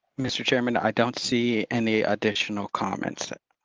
mr. chairman, i don't see any additional comments.